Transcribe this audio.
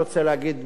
כבוד היושב-ראש,